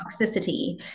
toxicity